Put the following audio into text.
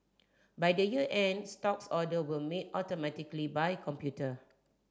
by the year end stocks order will made automatically by computer